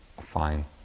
fine